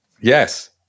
Yes